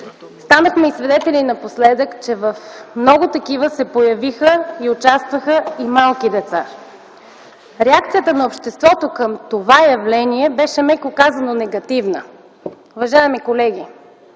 станахме свидетели, че в много такива се появиха и участваха и малки деца. Реакцията на обществото към това явление беше, меко казано, негативна. Уважаеми колеги,